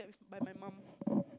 by my mum